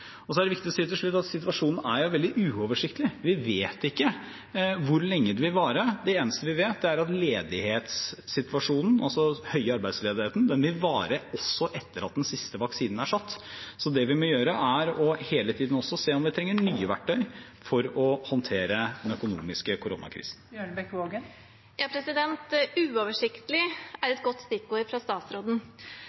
Så er det viktig å si til slutt at situasjonen er veldig uoversiktlig. Vi vet ikke hvor lenge det vil vare. Det eneste vi vet, er at ledighetssituasjonen, altså den høye arbeidsledigheten, vil vare også etter at den siste vaksinen er satt. Så det vi må gjøre, er hele tiden også å se om vi trenger nye verktøy for å håndtere den økonomiske koronakrisen. Uoversiktlig er